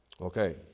Okay